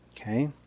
Okay